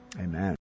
Amen